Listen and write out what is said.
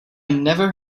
never